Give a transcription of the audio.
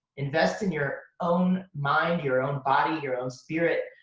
invest in your own mind, your own body, your own spirit.